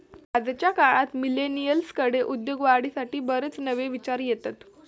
आजच्या काळात मिलेनियल्सकडे उद्योगवाढीसाठी बरेच नवे विचार येतत